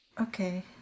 Okay